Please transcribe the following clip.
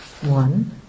one